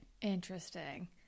interesting